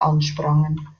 ansprangen